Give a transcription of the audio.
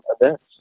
events